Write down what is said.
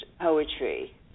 poetry